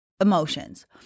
emotions